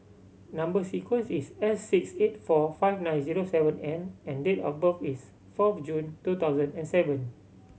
number sequence is S six eight four five nine zero seven N and date of birth is fourth June two thousand and seven